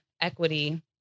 equity